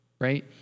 right